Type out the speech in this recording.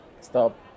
Stop